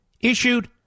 issued